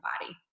body